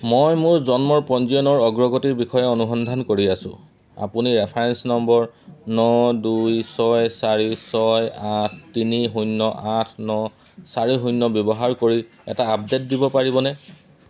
মই মোৰ জন্মৰ পঞ্জীয়নৰ অগ্ৰগতিৰ বিষয়ে অনুসন্ধান কৰি আছোঁ আপুনি ৰেফাৰেন্স নম্বৰ ন দুই ছয় চাৰি ছয় আঠ তিনি শূন্য় আঠ ন চাৰি শূন্য় ব্যৱহাৰ কৰি এটা আপডেট দিব পাৰিবনে